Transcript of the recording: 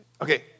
okay